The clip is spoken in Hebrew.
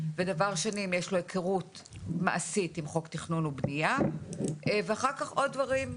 ודבר שני אם יש לו היכרות מעשית עם חוק תכנון ובנייה ואחר כך עוד דברים.